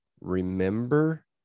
remember